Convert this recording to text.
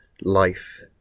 life